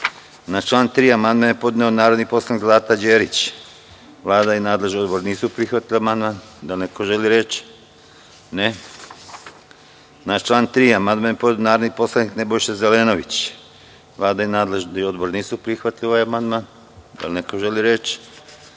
član 3. amandman je podneo narodni poslanik Zlata Đerić. Vlada i nadležni odbor nisu prihvatili amandman. Da li neko želi reč? (Ne.)Na član 3. amandman je podneo narodni poslanik Nebojša Zelenović. Vlada i nadležni odbor nisu prihvatili ovaj amandman. Da li neko želi reč?